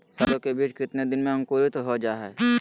सरसो के बीज कितने दिन में अंकुरीत हो जा हाय?